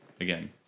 again